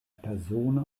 persona